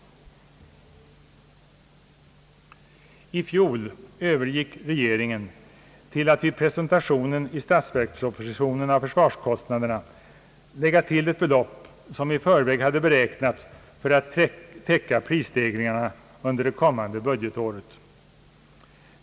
I fjol övergick regeringen till att vid presentationen i statsverkspropositionen av försvarskosinaderna lägga till ett belopp, som i förväg hade beräknats för att täcka prisstegringarna under det kommande budgetåret.